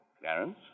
Clarence